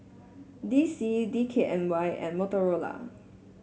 D C D K N Y and Motorola